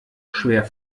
schwer